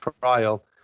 trial